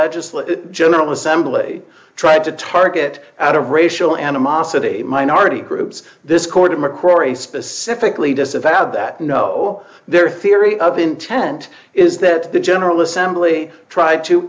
legislative general assembly tried to target out of racial animosity minority groups this court mccrory specifically disavowed that no their theory of intent is that the general assembly tr